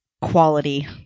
quality